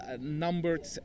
numbered